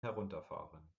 herunterfahren